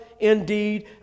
indeed